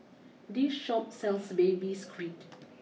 this Shop sells Baby Squid